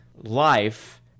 life